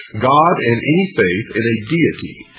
god and any faith in a deity,